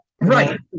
Right